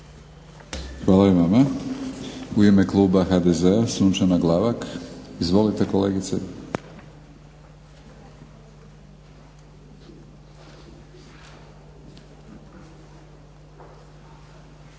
Hvala i vama. U ime kluba HDZ-a Sunčana Glavak. Izvolite kolegice. **Glavak,